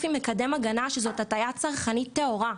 עם מקדם הגנה שזו הטעייה צרכנית טהורה,